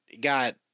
got